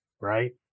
right